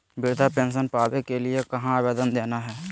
वृद्धा पेंसन पावे के लिए कहा आवेदन देना है?